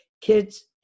kids